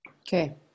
Okay